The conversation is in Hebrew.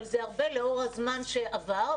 אבל זה הרבה לאור הזמן שעבר,